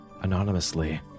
anonymously